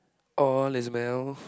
all is well